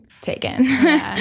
taken